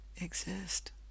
exist